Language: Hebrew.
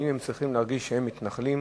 האם הם צריכים להרגיש שהם מתנחלים,